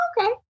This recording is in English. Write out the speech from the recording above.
okay